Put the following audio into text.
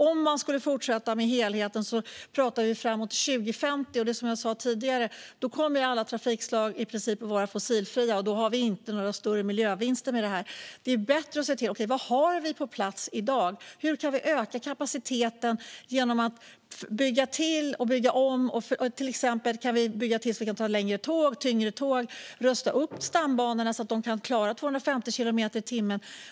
Om man skulle fortsätta med helheten blir det av framåt 2050. Vid den tiden kommer, som jag sa tidigare, i princip alla trafikslag att vara fossilfria, och då får vi inte några större miljövinster av det här. Det är bättre att se vad vi har på plats i dag och hur vi kan öka kapaciteten genom att bygga till och bygga om. Till exempel kan vi bygga till så att vi kan ha längre och tyngre tåg och rusta upp stambanorna så att de kan klara 250 kilometer i timmen.